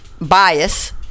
bias